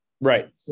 Right